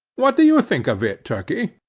what do you think of it, turkey?